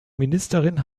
ministerin